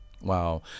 Wow